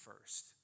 first